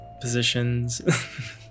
positions